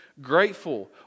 grateful